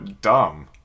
dumb